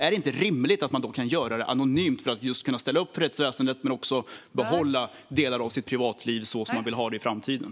Är det inte rimligt att man kan göra detta anonymt så att man kan ställa upp för rättsväsendet och kan behålla delar av privatlivet även i framtiden?